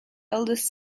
eldest